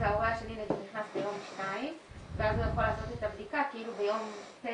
אז ההורה השני נכנס ליום 2 ואז הוא יכול לעשות את הבדיקה כאילו ביום 9